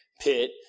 pit